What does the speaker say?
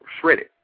shredded